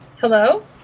Hello